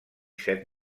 set